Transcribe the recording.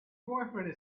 boyfriend